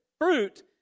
fruit